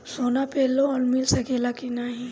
सोना पे लोन मिल सकेला की नाहीं?